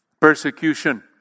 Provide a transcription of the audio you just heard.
persecution